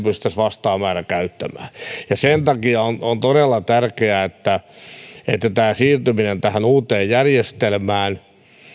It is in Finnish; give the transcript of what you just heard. pystyisivät vastaavan määrän käyttämään sen takia on on todella tärkeää että siirtyminen uuteen järjestelmään